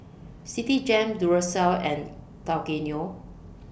Citigem Duracell and Tao Kae Noi